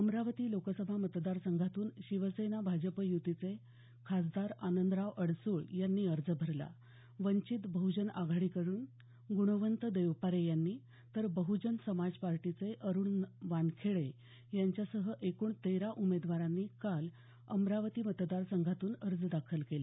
अमरावती लोकसभा मतदार संघातून शिवसेना भाजप य्तीचे खासदार आनंदराव अडसूळ यांनी अर्ज भरला वंचित बह्जन आघाडीकडून गुणवंत देवपारे यांनी तर बह्जन समाज पार्टीचे अरुण वानखेडे यांच्यासह एकूण तेरा उमेदवारांनी काल अमरावती मतदार संघातून अर्ज दाखल केले